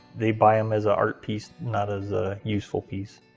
they buy em as a art piece, not as a useful piece.